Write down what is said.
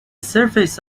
surface